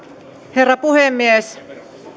herra puhemies